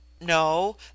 No